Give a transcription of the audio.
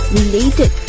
related